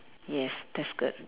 yes that's good